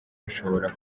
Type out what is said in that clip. bashobora